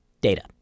Data